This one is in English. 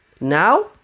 Now